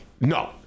No